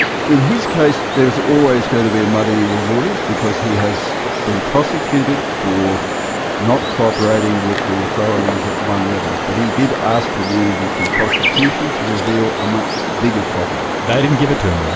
in his case there's always going to be a muddying of the waters, because he has been prosecuted for not cooperating with the authorities at one level, but he did ask for immunity from prosecution to reveal a much bigger problem. they didn't give it to him, though.